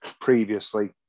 previously